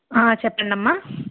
చెప్పండమ్మా